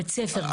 בית ספר,